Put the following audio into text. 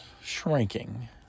shrinking